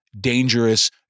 dangerous